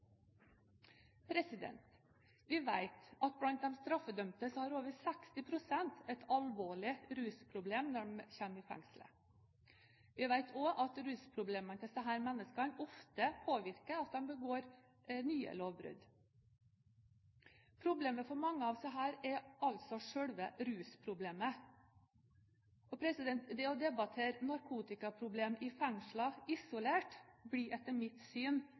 Vi vet at blant de straffedømte har over 60 pst. et alvorlig rusproblem når de kommer i fengsel. Vi vet også at rusproblemene til disse menneskene ofte påvirker at de begår nye lovbrudd. Problemet for mange av disse er altså selve rusproblemet. Det å debattere narkotikaproblem i fengslene isolert blir etter mitt syn